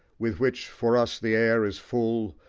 with which for us the air is full,